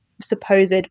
supposed